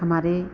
हमारे